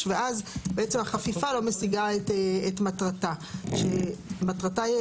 ואז החפיפה לא משיגה את מטרתה כשמטרתה היא,